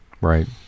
right